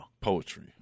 poetry